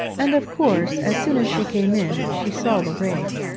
and of course as soon as she came in, she saw the wraith.